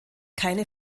keine